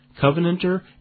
Covenanter